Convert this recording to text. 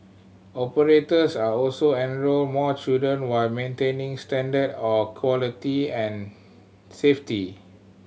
operators are also enrol more children while maintaining standard or quality and safety